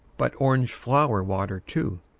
but orange flower water, too.